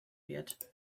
wird